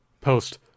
post